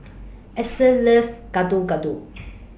Ester loves Getuk Getuk